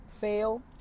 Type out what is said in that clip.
fail